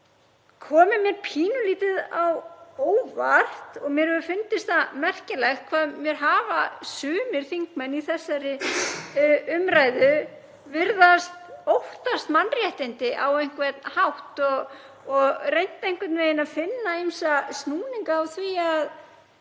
komið mér pínulítið á óvart og mér hefur fundist það merkilegt hvað sumir þingmenn í þessari umræðu virðast óttast mannréttindi á einhvern hátt og reynt að finna ýmsa snúninga á því að